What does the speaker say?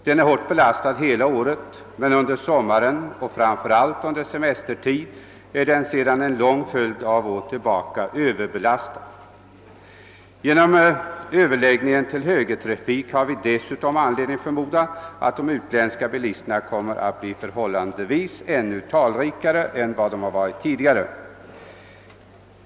Den är hårt belastad hela året, men under sommaren och framför allt under semestertiden är den sedan en lång följd av år överbelastad. Genom övergången till högertrafik har vi dessutom anledning förmoda att de utländska bilisterna kommer att bli förhållandevis ännu talrikare än de varit tidigare.